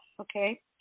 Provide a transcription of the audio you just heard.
okay